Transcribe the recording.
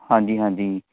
ਹਾਂਜੀ ਹਾਂਜੀ